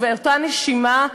ובאותה נשימה,